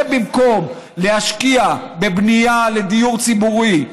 זה במקום להשקיע בבנייה לדיור ציבורי,